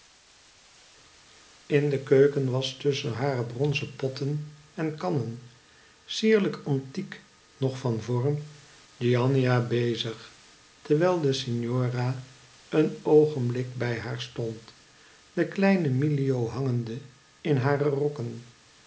in de keuken was tusschen hare bronzen potten en kannen sierlijk antiek nog van vorm giannina bezig terwijl de signora een oogenblik bij haar stond de kleine milio hangende in hare rokken